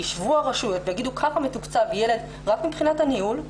הרשויות ויגידו ככה מתוקצב ילד רק מבחינת הניהול,